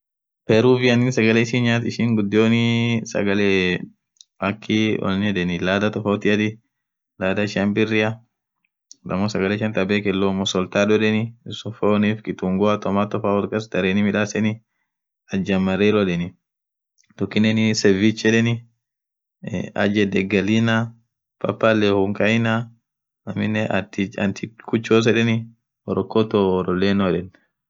Peruvian sagale ishin nyathu ishin ghudionii sagale akhii maan yedheni ladhaa tofautiati ladhaa ishian birria ammo sagale ishia thaa bekhen lommu solthado yedheni isuunafaa won akaa kitungua tomatofaa wolkasdhereni midhaseni ajam marero yedheni tokinen savich yedheni agendekhalinaa papale hunkaina aminen athi khuchozi yedheni horrukoto hurruleno yedhen